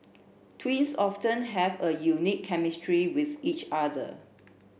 twins often have a unique chemistry with each other